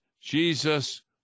Jesus